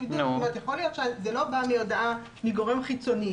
יכול להיות שזה לא בא מהודעה מגורם חיצוני